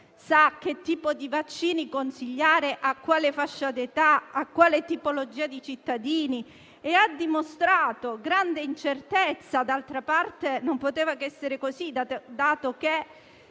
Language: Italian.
sa che tipo di vaccini consigliare a quale fascia d'età e a quale tipologia di cittadini, e ha dimostrato grande incertezza (e d'altra parte non poteva che essere così, dato che